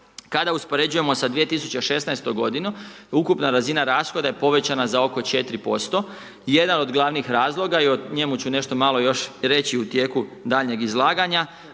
kada uspoređujemo sa 2016. godinom, ukupna razina rashoda je povećana za oko 4%. Jedna od glavnih razloga, i o njemu ću nešto malo još reći u tijeku daljnjih izlaganja,